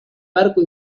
barco